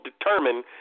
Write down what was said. determine